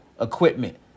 equipment